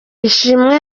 ishimwe